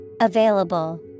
Available